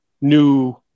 new